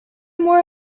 more